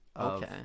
Okay